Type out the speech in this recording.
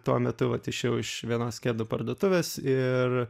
tuo metu vat išėjau iš vienos kedų parduotuvės ir